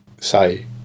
say